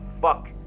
fuck